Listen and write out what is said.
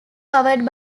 powered